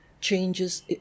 changes